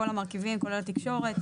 כל המרכיבים כולל תקשורת,